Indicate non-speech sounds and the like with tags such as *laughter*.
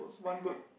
*laughs*